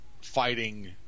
fighting